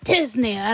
Disney